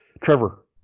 trevor